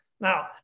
Now